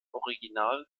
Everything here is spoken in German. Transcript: original